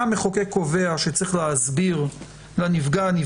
מה המחוקק קובע שצריך להסביר לנפגע-נפגעת,